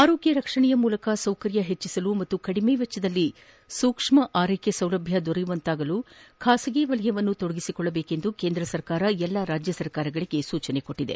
ಆರೋಗ್ಡ ರಕ್ಷಣೆ ಮೂಲಕ ಸೌಕರ್ಯ ಹೆಚ್ಚಿಸಲು ಮತ್ತು ಕಡಿಮೆ ವೆಚ್ಚದಲ್ಲಿ ಸೂಕ್ಷ್ಮ ಆರೈಕೆ ಸೌಲಭ್ಯ ದೊರೆಯುವಂತಾಗಲು ಬಾಸಗಿ ವಲಯವನ್ನು ತೊಡಗಿಸಿಕೊಳ್ಳುವಂತೆ ಕೇಂದ್ರ ಸರ್ಕಾರ ರಾಜ್ಗಳಿಗೆ ಸೂಚಿಸಿದೆ